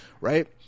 right